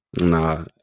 Nah